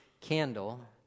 candle